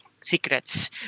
secrets